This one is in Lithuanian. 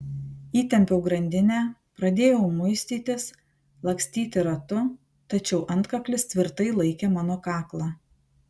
įtempiau grandinę pradėjau muistytis lakstyti ratu tačiau antkaklis tvirtai laikė mano kaklą